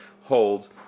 hold